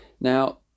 Now